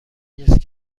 نیس